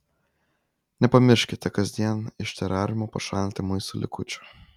nepamirškite kasdien iš terariumo pašalinti maisto likučių